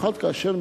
כפי שאנחנו